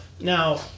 Now